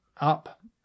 up